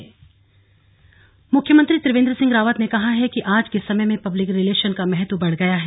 slug brochure विमोचन मुख्यमंत्री त्रिवेंद्र सिंह रावत ने कहा है कि आज के समय में पब्लिक रिलेशन का महत्व बढ़ गया है